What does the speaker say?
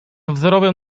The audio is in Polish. wzorowym